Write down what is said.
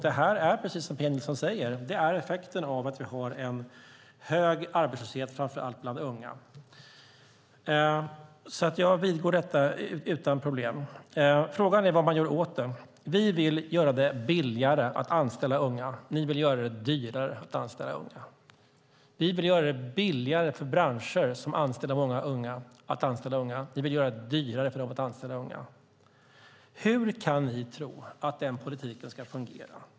Detta är, precis som Pia Nilsson säger, effekten av att vi har en hög arbetslöshet framför allt bland unga. Jag vidgår detta utan problem. Frågan är vad man gör åt det. Vi vill göra det billigare att anställa unga. Ni vill göra det dyrare att anställa unga. Vi vill göra det billigare för branscher som anställer många unga att anställa unga. Ni vill göra det dyrare för dem att anställa unga. Hur kan ni tro att denna politik ska fungera?